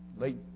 late